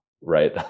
right